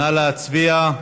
נא להצביע.